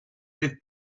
with